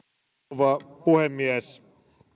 rouva puhemies